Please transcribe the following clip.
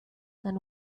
than